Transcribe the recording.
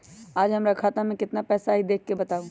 आज हमरा खाता में केतना पैसा हई देख के बताउ?